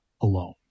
alone